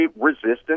resistance